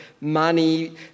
money